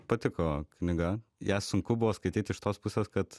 patiko knyga ją sunku buvo skaityt iš tos pusės kad